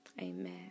Amen